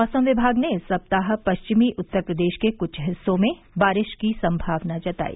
मौसम विभाग ने इस सप्ताह पश्चिमी उत्तर प्रदेश के कुछ हिस्सों में बारिश की सम्भावना जताई